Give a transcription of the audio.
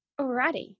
Alrighty